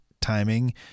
timing